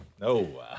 No